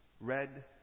Red